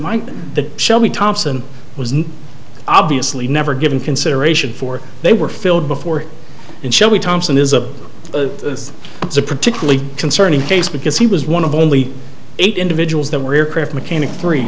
mine the shelby thompson was obviously never given consideration for they were filled before and shall we thompson is a particularly concerning case because he was one of only eight individuals that were aircraft mechanic three